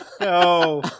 No